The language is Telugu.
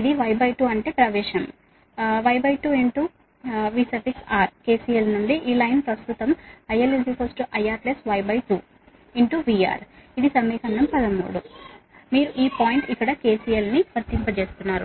ఇది Y 2 అంటే ప్రవేశం Y2 VR KCL నుండి ఈ లైన్ ప్రస్తుత IL IR Y2 VR ఇది సమీకరణం 13 మీరు ఈ పాయింట్ ఇక్కడ KCL ను వర్తింపజేస్తున్నారు